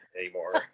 Anymore